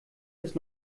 ist